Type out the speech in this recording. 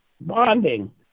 bonding